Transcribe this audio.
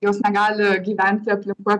jos negali gyventi aplinkoj